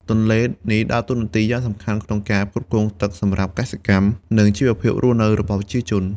ទន្លេនេះដើរតួនាទីយ៉ាងសំខាន់ក្នុងការផ្គត់ផ្គង់ទឹកសម្រាប់កសិកម្ម និងជីវភាពរស់នៅរបស់ប្រជាជន។